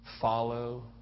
follow